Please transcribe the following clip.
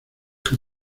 que